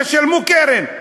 תשלמו קרן.